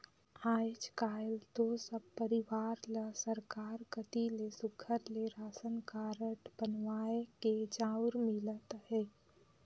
आएज काएल दो सब परिवार ल सरकार कती ले सुग्घर ले रासन कारड बनुवाए के चाँउर मिलत अहे